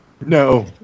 No